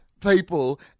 people